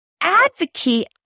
advocate